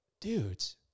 Dudes